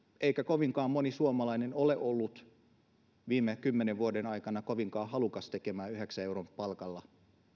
eikä kovinkaan moni suomalainen ole ollut kymmenen viime vuoden aikana kovinkaan halukas tekemään yhdeksän euron palkalla